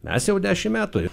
mes jau dešimt metų